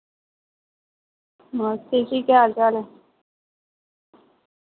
नमस्ते जी केह् हाल चाल ऐ